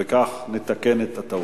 וכך נתקן את הטעות.